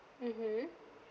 mmhmm